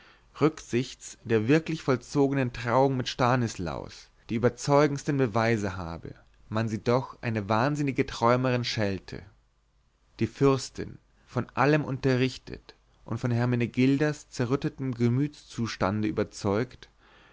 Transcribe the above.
rücksichts der wirklich vollzogenen trauung mit stanislaus die überzeugendsten beweise habe man sie doch eine wahnsinnige träumerin schelte die fürstin von allem unterrichtet und von hermenegildas zerrüttetem gemütszustande überzeugt